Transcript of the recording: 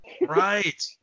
Right